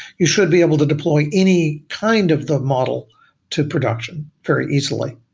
you should be able to deploy any kind of the model to production very easily.